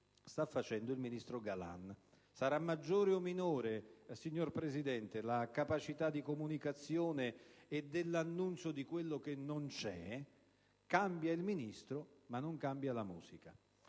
sta facendo il ministro Galan. Signor Presidente, sarà maggiore o minore la capacità di comunicazione e dell'annuncio di quello che non c'è? Cambia il Ministro, ma non cambia la musica,